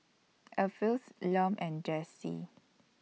Alpheus Lum and Jesse